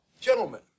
gentlemen